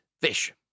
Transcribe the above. Fish